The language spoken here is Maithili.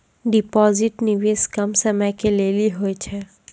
डिपॉजिट निवेश कम समय के लेली होय छै?